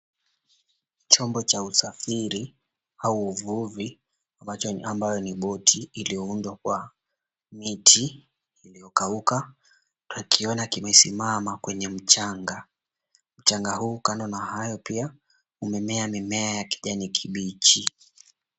Chombo cha usafiri au uvuvi. Moja ambayo ni boti iliyoundwa kwa miti iliyokauka tunakiona kimesimama kwenye mchanga. Mchanga huu kando na hayo pia imemea mimea ya kijani kibichi.